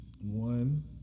one